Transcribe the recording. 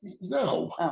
No